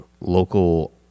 local